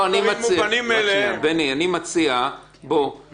ברגע שאני אמור להוכיח את הזיקה בין